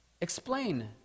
Explain